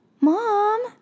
Mom